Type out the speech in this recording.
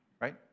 right